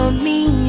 me.